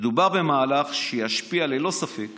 מדובר במהלך שישפיע ללא ספק